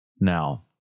Now